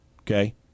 Okay